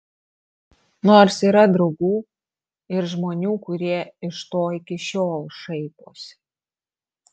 nors yra draugų ir žmonių kurie iš to iki šiol šaiposi